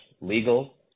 legal